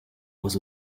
was